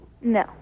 No